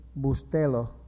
Bustelo